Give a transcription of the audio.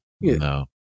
no